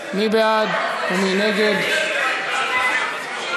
חוק המשטרה (תיקון מס'